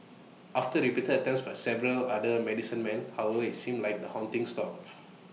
after repeated attempts by several other medicine men however IT seemed like the haunting stopped